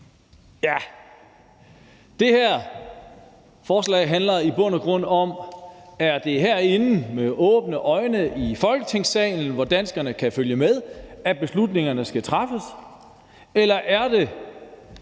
Det her forslag handler i bund og grund om, om det er herinde i Folketingssalen, hvor danskerne kan følge med, at beslutningerne skal træffes med åbne